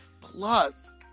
plus